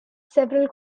several